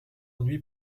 ennui